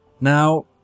Now